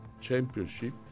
championship